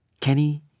Kenny